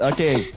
Okay